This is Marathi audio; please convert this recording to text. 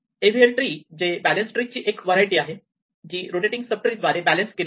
AVL ट्री जे बॅलेन्स ट्री ची एक वरायटी आहे जी रोटेटिंग सब ट्री द्वारे बॅलेन्स केली जाते